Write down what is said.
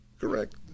Correct